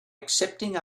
accepting